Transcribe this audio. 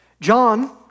John